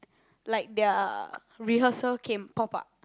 like their rehearsal came pop up